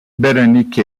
berenice